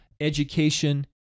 education